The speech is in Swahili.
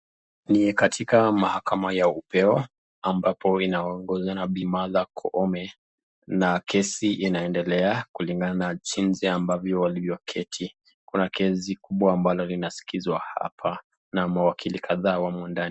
Ni katika mahakama ya upewe ambapo inaongozwa na bi Martha Koome, na kesi inaendelea kulingana na jinsi ambavyo walivyo keti. Kuna kesi kubwa ambalo linasikizwa hapa na mawakili kadhaa wamo ndani.